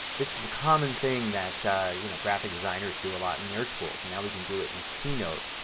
this is a common thing that you know graphic designers do a lot in their tools. and now we can do it in keynote.